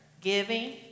giving